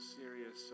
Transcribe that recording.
serious